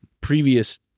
previous